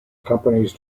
companies